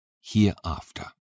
hereafter